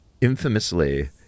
Infamously